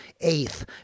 Eighth